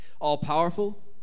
All-powerful